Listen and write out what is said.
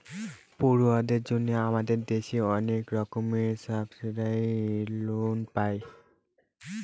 পড়ুয়াদের জন্য আমাদের দেশে অনেক রকমের সাবসিডাইসড লোন পায়